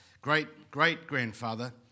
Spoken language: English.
great-great-grandfather